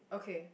okay